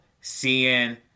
seeing